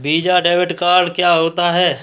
Visa debit card क्या होता है?